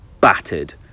battered